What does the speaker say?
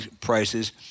prices